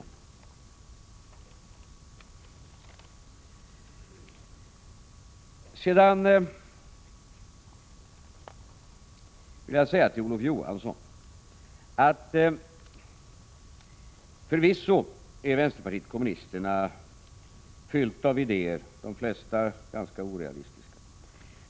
Till Olof Johansson vill jag säga att förvisso är vänsterpartiet kommunisterna fyllt av idéer — de flesta ganska orealistiska.